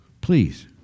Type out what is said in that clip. Please